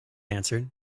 answered